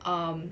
um